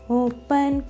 open